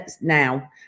now